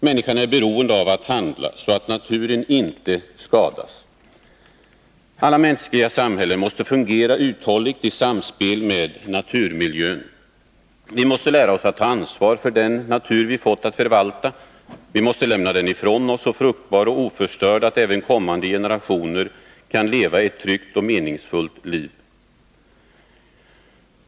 Människan är beroende av att handla så att naturen inte skadas. Alla mänskliga samhällen måste fungera uthålligt i samspel med naturmiljön. Vi måste lära oss att ta ansvar för den natur vi fått att förvalta. Vi måste lämna den ifrån oss så fruktbar och oförstörd att även kommande generationer kan leva ett tryggt och meningsfullt liv.